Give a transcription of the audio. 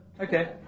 Okay